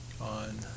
on